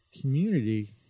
community